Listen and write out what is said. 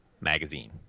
magazine